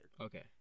Okay